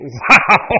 wow